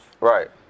Right